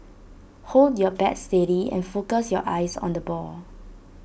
hold your bat steady and focus your eyes on the ball